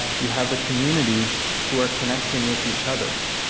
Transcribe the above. you have a community who are connecting with each other,